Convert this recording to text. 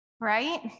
right